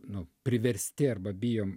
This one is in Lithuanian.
nu priversti arba bijom